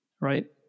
right